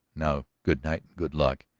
now good night and good luck,